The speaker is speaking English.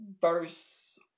Verse